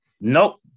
Nope